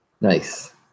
Nice